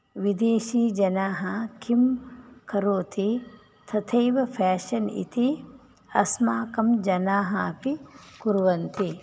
विदेशिजनाः किं करोति तथैव फ़ेशन् इति अस्माकं जनाः अपि कुर्वन्ति